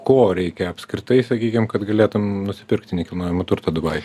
ko reikia apskritai sakykim kad galėtum nusipirkti nekilnojamo turto dubajuj